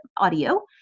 audio